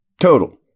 Total